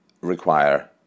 require